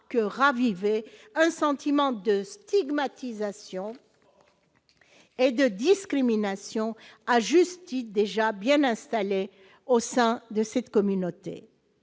que raviver un sentiment de stigmatisation et de discrimination à justifie déjà bien installé au sein de cette communauté,